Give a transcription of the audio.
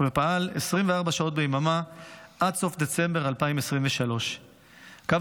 ופעל 24 שעות ביממה עד סוף דצמבר 2023. קו